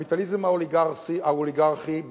הקפיטליזם האוליגרכי,